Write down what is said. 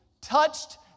touched